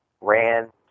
ran